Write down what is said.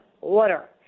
order